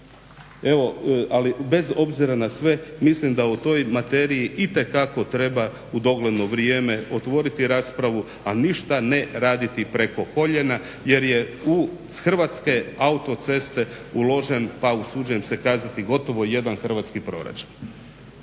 evo, ali bez obzira na sve mislim da u toj materiji itekako treba u dogledno vrijeme otvoriti raspravu, a ništa ne raditi preko koljena jer je uz Hrvatske autoceste uložen, pa usuđujem se kazati gotovo jedan hrvatski proračun.